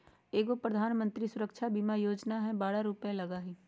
एगो प्रधानमंत्री सुरक्षा बीमा योजना है बारह रु लगहई?